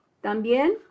También